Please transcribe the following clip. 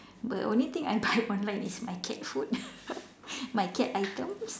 but only thing I buy online is my cat food my cat items